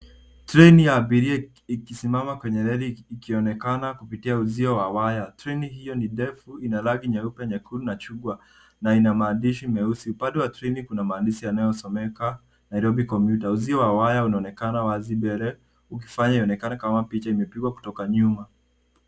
Treni ya abiria ikisimama kwenye reli ikionekana kupitia uzio wa waya. Treni hiyo ni ndefu, ina rangi nyeupe, nyekundu na chungwa na ina maandishi meusi. Upande wa treni kuna maandishi yanayosomeka Nairobi Commuter . Uzio wa waya unaonekana wazi mbele ukifanya ionekana kama picha imepigwa kutoka nyuma.